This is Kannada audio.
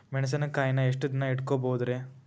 ಮೆಣಸಿನಕಾಯಿನಾ ಎಷ್ಟ ದಿನ ಇಟ್ಕೋಬೊದ್ರೇ?